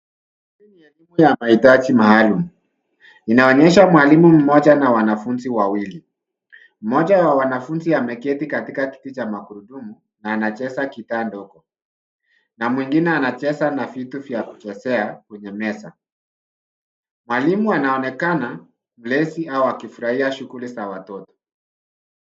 Hii ni elimu ya maitaji maalum. Inaonyesha mwalimu mmoja na wanafunzi wawili. Mmoja wa wanafunzi ameketi katika kiti cha magurudumu na anacheza gitaa ndogo na mwingine anacheza na vitu vya kuchezea kwenye meza. Mwalimu anaonekana mlezi au akifurahia shughuli za watoto.